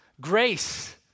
Grace